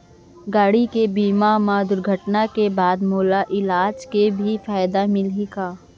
गाड़ी के बीमा मा दुर्घटना के बाद मोला इलाज के भी फायदा मिलही का?